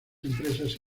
empresas